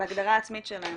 בהגדרה עצמית שלהם.